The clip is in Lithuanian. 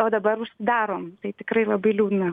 o dabar darom tai tikrai labai liūdna